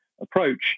approach